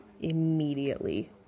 immediately